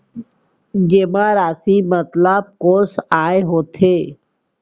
जेमा राशि मतलब कोस आय होथे?